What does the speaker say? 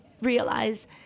realize